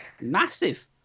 Massive